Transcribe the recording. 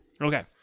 Okay